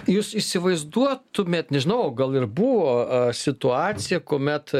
jūs įsivaizduotumėt nežinau gal ir buvo a situacija kuomet